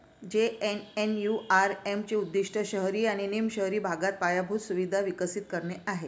JNNURM चे उद्दीष्ट शहरी आणि निम शहरी भागात पायाभूत सुविधा विकसित करणे आहे